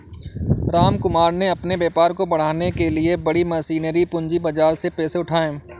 रामकुमार ने अपने व्यापार को बढ़ाने के लिए बड़ी मशीनरी पूंजी बाजार से पैसे उठाए